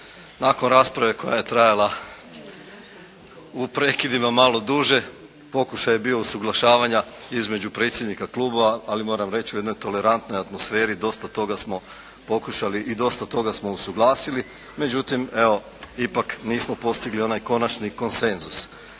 Nakon rasprave koja je trajala u prekidima malo duže pokušaj je bio usuglašavanja između predsjednika klubova, ali moram reći u jednoj tolerantnoj atmosferi, dosta toga smo pokušali i dosta toga smo usuglasili. Međutim, evo ipak nismo postigli onaj konačni konsenzus.